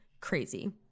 crazy